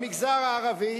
במגזר הערבי